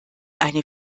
eine